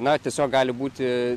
na tiesiog gali būti